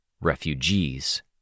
refugees